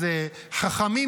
אז חכמים,